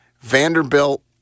Vanderbilt